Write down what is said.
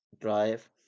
drive